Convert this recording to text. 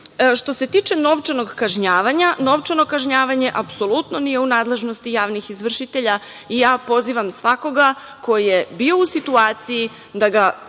se tiče novčanog kažnjavanja, novčano kažnjavanje, apsolutno nije u nadležnosti javnih izvršitelja i ja pozivam svakoga ko je bio u situaciji da ga